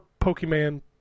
Pokemon